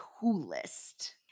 coolest